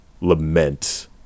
lament